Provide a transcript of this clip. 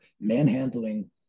manhandling